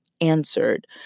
answered